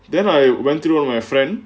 then I went through of my friend